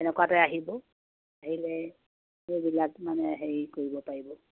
এনেকুৱাতে আহিব আহিলে এইবিলাক মানে হেৰি কৰিব পাৰিব